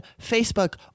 Facebook